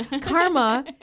karma